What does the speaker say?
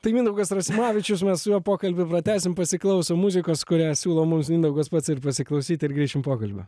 tai mindaugas rasimavičius mes su juo pokalbį pratęsim pasiklausom muzikos kurią siūlo mums mindaugas pats ir pasiklausyt ir grįšim pokalbio